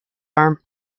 arm